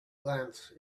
glance